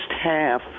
half